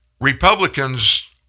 Republicans